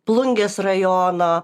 plungės rajono